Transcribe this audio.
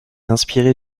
inspiré